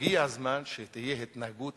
שהגיע הזמן שתהיה התנהגות